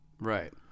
Right